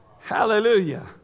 hallelujah